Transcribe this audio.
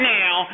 now